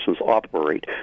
operate